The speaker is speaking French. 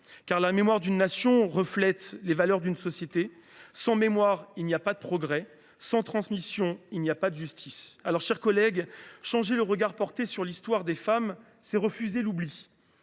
La mémoire d’une nation reflète les valeurs d’une société. Sans mémoire, il n’y a pas de progrès. Sans transmission, il n’y a pas de justice. Changer le regard porté sur l’histoire des femmes, c’est refuser l’oubli.